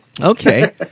Okay